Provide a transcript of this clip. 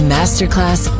Masterclass